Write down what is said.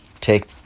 take